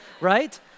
right